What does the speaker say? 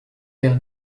vers